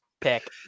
pick